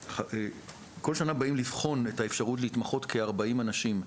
כל שנה באים לבחון את האפשרות להתמחות כ-40 אנשים,